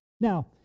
Now